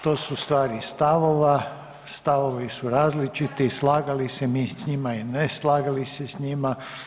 To su stvari stavova, stavovi su različiti slagali se mi sa njima ili ne slagali se sa njima.